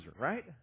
right